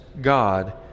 God